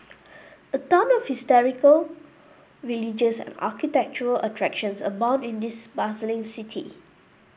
a ton of historical religious and architectural attractions abound in this bustling city